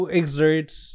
exerts